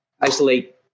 isolate